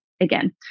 again